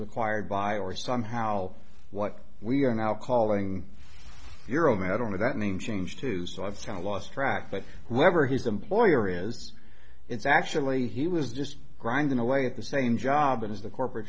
acquired by or somehow what we are now calling your own i don't know that name change to so i've kind of lost track but whoever his employer is it's actually he was just grinding away at the same job as the corporate